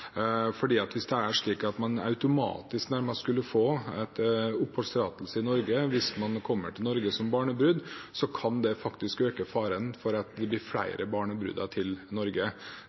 hvis det er slik at man nesten automatisk skulle få oppholdstillatelse i Norge hvis man kommer til landet som barnebrud, kan det faktisk øke faren for at det kommer flere barnebruder til Norge.